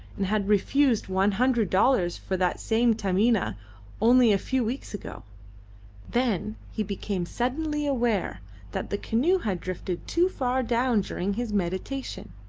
and had refused one hundred dollars for that same taminah only a few weeks ago then he became suddenly aware that the canoe had drifted too far down during his meditation.